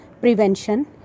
prevention